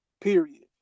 Period